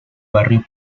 barrio